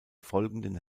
folgenden